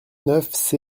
neuf